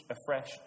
afresh